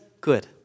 good